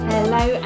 Hello